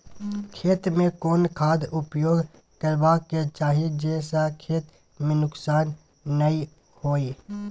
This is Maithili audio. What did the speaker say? खेत में कोन खाद उपयोग करबा के चाही जे स खेत में नुकसान नैय होय?